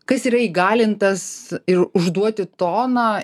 kas yra įgalintas ir užduoti toną